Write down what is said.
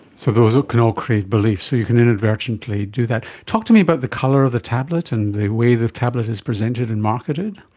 so those can all create beliefs, so you can inadvertently do that. talk to me about the colour of the tablet and the way the tablet is presented and marketed?